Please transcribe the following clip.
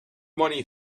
money